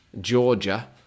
Georgia